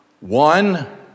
one